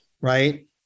right